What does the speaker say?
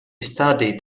studied